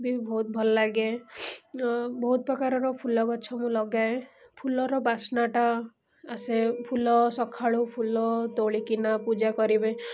ବି ବହୁତ ଭଲ ଲାଗେ ବହୁତ ପ୍ରକାରର ଫୁଲ ଗଛ ମୁଁ ଲଗାଏ ଫୁଲର ବାସ୍ନାଟା ଆସେ ଫୁଲ ସକାଳୁ ଫୁଲ ତୋଳିକିନା ପୂଜା କରିବେ